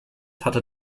hatte